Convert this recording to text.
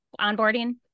onboarding